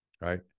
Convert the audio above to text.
right